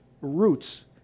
roots